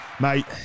Mate